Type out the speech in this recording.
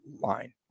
line